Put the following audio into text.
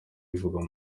bivugwa